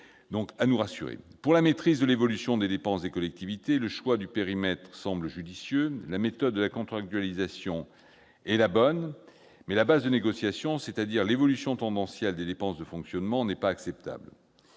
Concernant la maîtrise de l'évolution des dépenses des collectivités, le choix du périmètre semble judicieux ; la méthode de la contractualisation est la bonne, mais la base de négociation, c'est-à-dire l'évolution tendancielle des dépenses de fonctionnement, n'est pas acceptable.